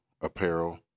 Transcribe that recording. apparel